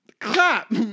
clap